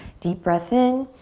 deep breath in.